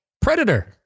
Predator